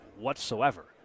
whatsoever